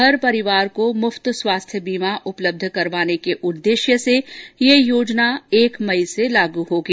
हर परिवार को मुफ्त स्वास्थ्य बीमा उपलब्ध करवाने के उद्देश्य से ये योजना एक मई से लॉगू होगी